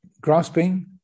grasping